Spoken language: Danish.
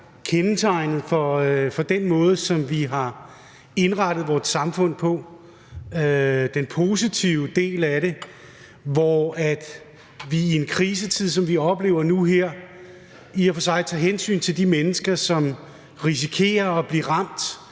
kendetegnende for den måde, som vi har indrettet vort samfund på, altså den positive del af det, at vi i en krisetid, som vi oplever nu her, i og for sig tager hensyn til de mennesker, som risikerer at blive ramt